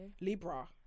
Libra